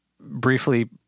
briefly